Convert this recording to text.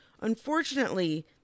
Unfortunately